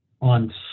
on